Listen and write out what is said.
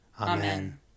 Amen